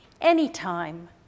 anytime